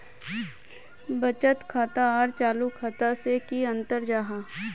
बचत खाता आर चालू खाता से की अंतर जाहा?